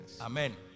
Amen